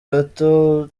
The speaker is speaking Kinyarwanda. gato